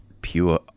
pure